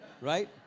Right